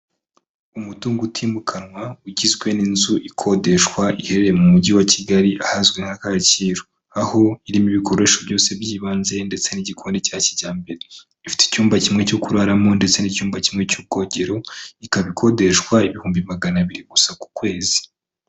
Umutungo utimukanwa ugizwe n'inzu ikodeshwa iherereye mu Mujyi wa Kigali ahazwi nka Kacyiru, aho irimo ibikoresho byose by'ibanze ndetse n'igikoni cya kijyambere, ifite icyumba kimwe cyo kuraramo ndetse n'icyumba kimwe cy'ubwogero, ikaba ikodeshwa ibihumbi magana abiri gusa ku kwezi.